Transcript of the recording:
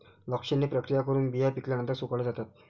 लक्षणीय प्रक्रिया करून बिया पिकल्यानंतर सुकवल्या जातात